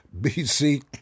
BC